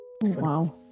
wow